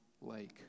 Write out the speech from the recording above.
lake